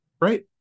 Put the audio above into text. right